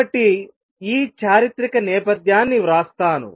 కాబట్టి ఈ చారిత్రక నేపథ్యాన్ని వ్రాస్తాను